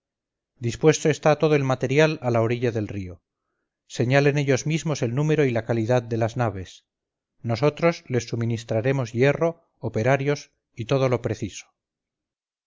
dispuesto está todo el material a la orilla del río señalen ellos mismos el número y la calidad de las naves nosotros les suministraremos hierro operarios y todo lo preciso